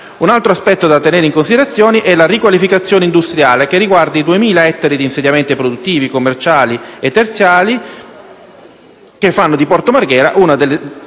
Un altro aspetto da tenere in considerazione è la riqualificazione industriale che riguarda i 2.000 ettari di insediamenti produttivi, commerciali e terziari che fanno di Porto Marghera una delle